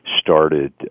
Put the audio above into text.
started